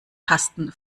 tasten